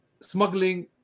smuggling